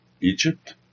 Egypt